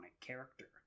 character